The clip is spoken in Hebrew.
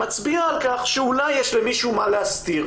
מצביע על כך שאולי יש למישהו מה להסתיר.